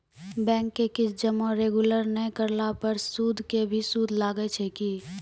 Bank के किस्त जमा रेगुलर नै करला पर सुद के भी सुद लागै छै कि?